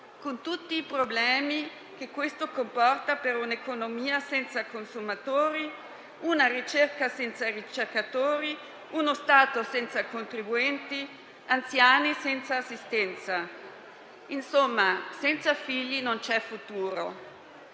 con tutti i problemi che questo comporta per un'economia senza consumatori, una ricerca senza ricercatori, uno Stato senza contribuenti, anziani senza assistenza. In sostanza, senza figli non c'è futuro.